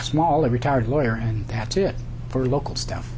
small a retired lawyer and that's it for local stuff